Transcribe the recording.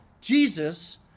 Jesus